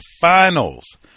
finals